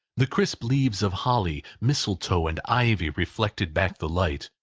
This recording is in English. the crisp leaves of holly, mistletoe, and ivy reflected back the light,